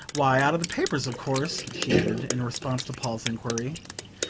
why, out of the papers, of course, she added, in response to paul's enquiry.